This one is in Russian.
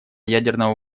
ядерного